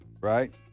right